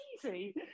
easy